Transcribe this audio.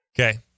okay